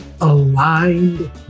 aligned